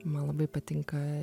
man labai patinka